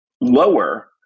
lower